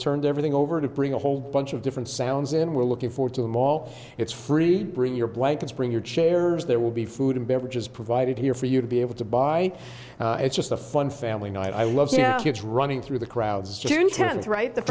turned everything over to bring a whole bunch of different sounds in we're looking forward to the mall it's free bring your blankets bring your chair or there will be food and beverages provided here for you to be able to buy it's just a fun family night i love kids running through the crowds cheering tents right the